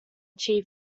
chief